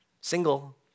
single